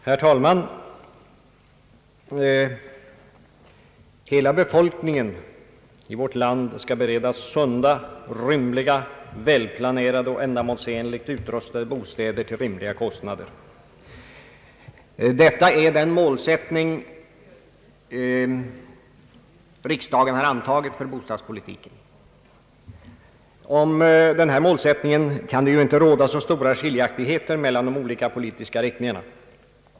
Herr talman! Hela vårt lands befolkning skall beredas sunda, rymliga, välplanerade och ändamålsenligt utrustade bostäder till rimliga kostnader. Det är den målsättning riksdagen har antagit för bostadspolitiken. Om den kan det inte heller råda så stora meningsskiljaktigheter mellan de olika politiska riktningarna.